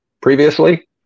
previously